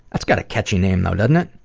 that's got a catchy name, though, doesn't it?